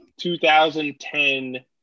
2010